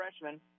freshman